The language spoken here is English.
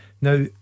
Now